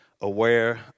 aware